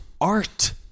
Art